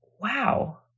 wow